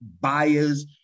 buyers